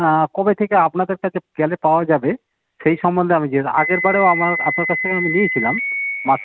কবে থেকে আপনাদের কাছে গেলে পাওয়া যাবে সেই সম্বন্ধে আমি জেনে আগেরবারেও আমার আপনার কাছ থেকে আমি নিয়েছিলাম লাস্ট